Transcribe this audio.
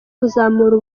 kuzamura